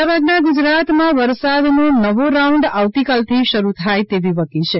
મોટાભાગના ગુજરાતમાં વરસાદનો નવો રાઉન્ડ આવતીકાલથી શરૂ થાય તેવી વકી છે